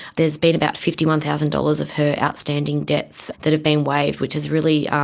there has been about fifty one thousand dollars of her outstanding debts that have been waived, which is really, um